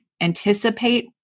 anticipate